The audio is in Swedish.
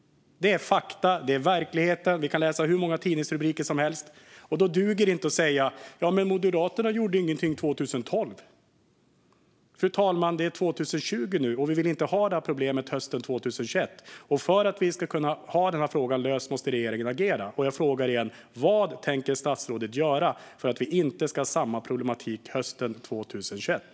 Detta är fakta och verklighet - vi kan läsa hur många tidningsrubriker som helst. Då duger det inte att säga: Jamen Moderaterna gjorde ingenting 2012. Fru talman! Det är 2020 nu, och vi vill inte ha det här problemet hösten 2021. För att frågan ska kunna lösas måste regeringen agera. Jag frågar igen: Vad tänker statsrådet göra för att vi inte ska ha samma problematik hösten 2021?